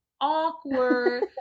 Awkward